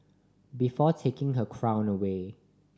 before taking her crown away